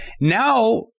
Now